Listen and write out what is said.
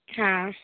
ಹಾಂ